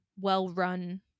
well-run